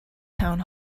town